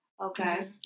Okay